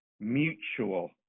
Mutual